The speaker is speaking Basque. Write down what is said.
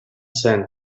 zen